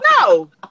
No